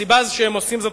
הסיבה שהם עושים זאת,